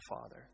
father